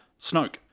Snoke